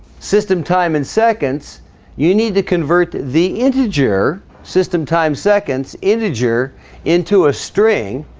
system time in seconds you need to convert the integer system times seconds integer into a string